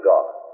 God